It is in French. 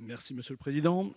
M. Christian Klinger.